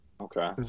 Okay